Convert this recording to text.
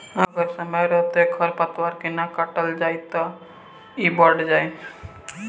अगर समय रहते खर पातवार के ना काटल जाइ त इ बढ़ जाइ